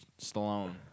Stallone